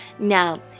Now